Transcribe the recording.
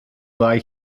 lie